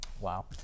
Wow